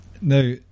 now